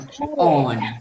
on